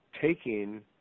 taking